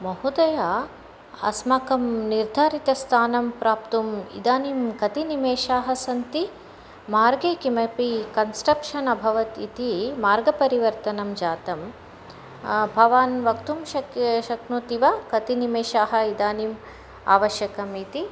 महोदय अस्माकं निर्धारितस्थानं प्राप्तुम् इदानीं कति निमेषाः सन्ति मार्गे किमपि कन्स्ट्रक्षन् अभवत् इति मार्गपरिवर्तनं जातं भवान् वक्तुं शक्ये शक्नोति वा कति निमेषाः इदानीम् आवश्यकम् इति